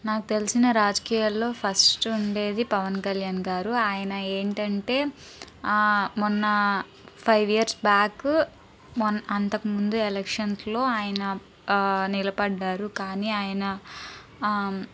నాకు తెలిసిన రాజకీయాల్లో ఫస్ట్ ఉండేది పవన్ కళ్యాణ్ గారు ఆయన ఏంటంటే మొన్న ఫైవ్ ఇయర్స్ బ్యాకు మొన్ అంతకుముందు ఎలక్షన్స్లో ఆయన నిలబడ్డారు కానీ ఆయన